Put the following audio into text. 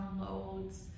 downloads